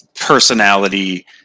personality